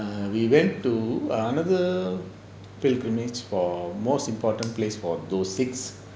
err we went to another pilgrimage for most important place for those six